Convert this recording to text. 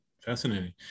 Fascinating